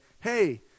hey